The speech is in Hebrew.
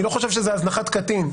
אני לא חושב שזה הזנחת קטין,